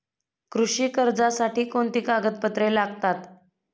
कृषी कर्जासाठी कोणती कागदपत्रे लागतात?